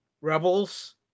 Rebels